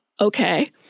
okay